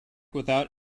without